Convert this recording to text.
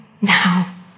now